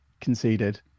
conceded